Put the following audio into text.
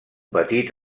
petit